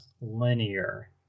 linear